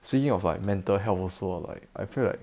speaking of like mental health also ah like I feel like